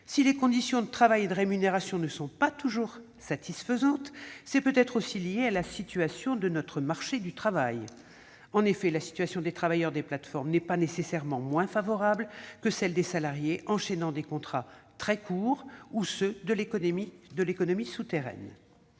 Si les conditions de travail et de rémunération ne sont pas toujours satisfaisantes, c'est peut-être aussi lié à la situation de notre marché du travail. En effet, la situation des travailleurs des plateformes n'est pas nécessairement moins favorable que celle des salariés enchaînant des contrats très courts ou travaillant dans l'économie souterraine.